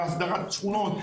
בהסדרת שכונות,